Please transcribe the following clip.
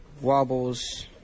wobbles